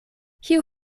kiu